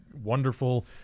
wonderful